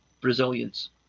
Brazilians